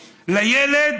לילד,